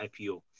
IPO